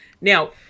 Now